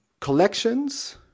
collections